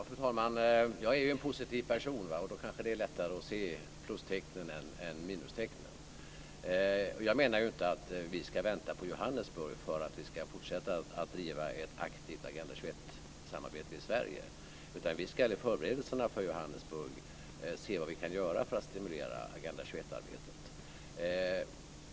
Fru talman! Jag är en positiv person, och då kanske det är lättare att se plustecknen än minustecknen. Jag menar inte att vi ska vänta på Johannesburg för att kunna fortsätta att driva ett aktivt Agenda 21 samarbete i Sverige, utan vi ska under förberedelserna inför Johannesburg se vad vi kan göra för att stimulera Agenda 21-arbetet.